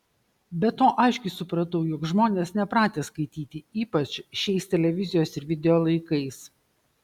be to aiškiai supratau jog žmonės nepratę skaityti ypač šiais televizijos ir video laikais